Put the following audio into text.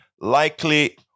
likely